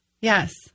Yes